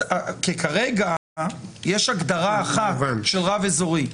כי כרגע יש הגדרה אחת של רב אזורי.